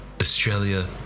Australia